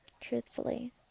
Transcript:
truthfully